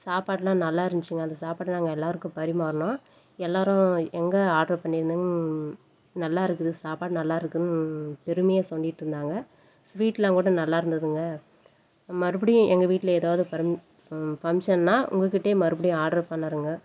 சாப்பாடெலாம் நல்லா இருந்துச்சிங்க அந்த சாப்பாடை நாங்கள் எல்லாேருக்கும் பரிமாறினோம் எல்லாேரும் எங்கள் ஆர்ட்ரு பண்ணியிருந்தங் நல்லா இருக்குது சாப்பாடு நல்லா இருக்குன்னு பெருமையா சொல்லிகிட்ருந்தாங்க சுவீட்யெலாம் கூட நல்லாயிருந்ததுங்க மறுபடியும் எங்கள் வீட்டில் எதாவது பர் ஃபங்ஷன்னால் உங்கள் கிட்டேயே மறுபடியும் ஆர்டரு பண்ணுறேங்க